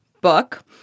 book